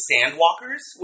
Sandwalkers